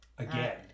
again